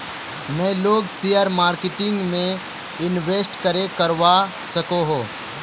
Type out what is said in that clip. नय लोग share marketing में इंवेस्ट करे करवा सकोहो?